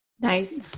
Nice